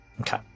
okay